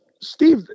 Steve